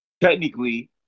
technically